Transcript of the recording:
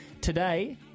today